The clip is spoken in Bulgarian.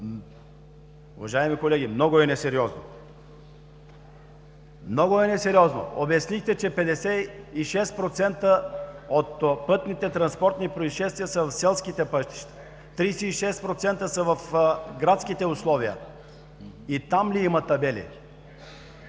е несериозно! Много е несериозно! Обяснихте, че 56% от пътните транспортни произшествия са в селските пътища, 36% – в градските условия. И там ли има табели?